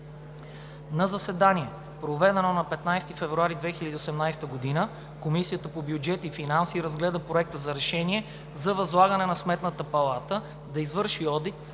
На заседание, проведено на 15 февруари 2018 г., Комисията по бюджет и финанси разгледа Проекта за решение за възлагане на Сметната палата да извърши одит